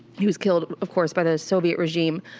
he was killed of course, by the soviet regime.